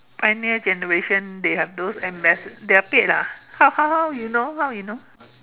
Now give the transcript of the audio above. pioneer generation they have those ambassa~ they are paid ah how how how you know how you know